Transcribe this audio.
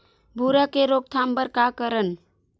भूरा के रोकथाम बर का करन?